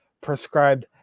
prescribed